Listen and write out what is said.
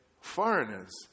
foreigners